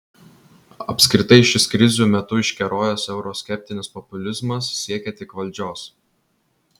apskritai šis krizių metu iškerojęs euroskeptinis populizmas siekia tik valdžios